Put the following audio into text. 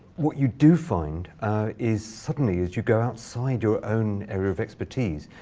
what you do find is suddenly, as you go outside your own area of expertise,